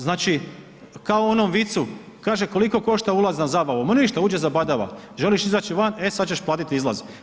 Znači kao u onom vicu, kaže koliko košta ulaz na zabavu, ma ništa uđi zabadava, želiš izaći van, e sada ćeš platiti izlaz.